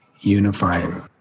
unifying